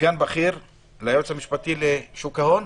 סגן בכיר ליועץ המשפטי לרשות שוק ההון.